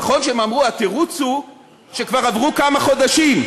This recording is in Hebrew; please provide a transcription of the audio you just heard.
נכון שהם אמרו שהתירוץ הוא שכבר עברו כמה חודשים,